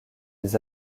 des